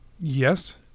Yes